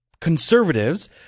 conservatives